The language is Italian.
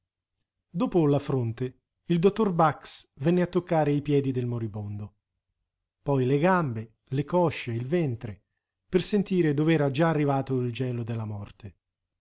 dopo la fronte il dottor bax venne a toccare i piedi del moribondo poi le gambe le cosce il ventre per sentire dov'era già arrivato il gelo della morte